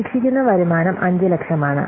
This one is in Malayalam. പ്രതീക്ഷിക്കുന്ന വരുമാനം 500000 ആണ്